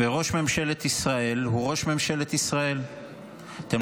ראש ממשלת ישראל הוא ראש ממשלת ישראל.